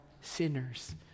sinners